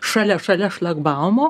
šalia šalia šlagbaumo